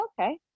okay